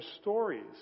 stories